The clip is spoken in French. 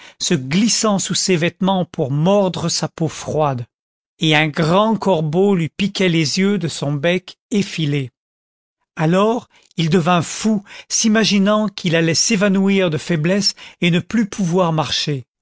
se glissant sous ses vêtements pour mordre sa peau froide et un grand corbeau lui piquait les yeux de son bec effilé alors il devint fou s'imaginant qu'il allait s'évanouir de faiblesse et ne plus pouvoir marcher